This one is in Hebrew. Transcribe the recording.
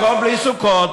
הכול בלי סוכות,